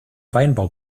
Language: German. weinbau